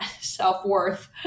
self-worth